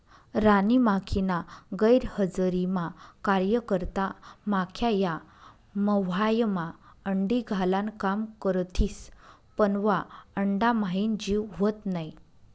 राणी माखीना गैरहजरीमा कार्यकर्ता माख्या या मव्हायमा अंडी घालान काम करथिस पन वा अंडाम्हाईन जीव व्हत नै